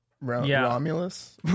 Romulus